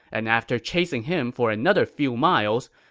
and after chasing him for another few miles,